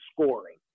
scoring